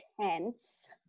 tense